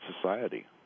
society